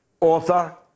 author